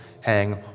hang